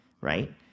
right